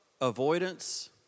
avoidance